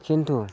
खिन्थु